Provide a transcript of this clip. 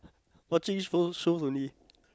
watching show shows only